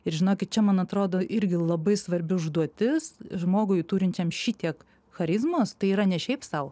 ir žinokit čia man atrodo irgi labai svarbi užduotis žmogui turinčiam šitiek charizmos tai yra ne šiaip sau